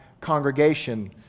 congregation